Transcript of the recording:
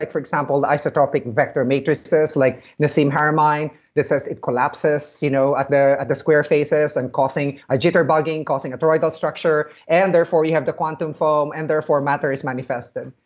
like example, the isotropic and vector matrixes, like nassim haramein, that says it collapses you know at the at the square faces and causing a jitter-bugging, causing a toroidal structure, and therefore you have the quantum foam and therefore matter is manifested.